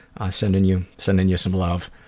sending you sending you some love.